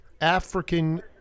African